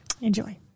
Enjoy